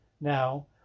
now